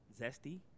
Zesty